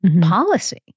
policy